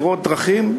לראות דרכים,